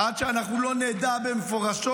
עד שלא נדע מפורשות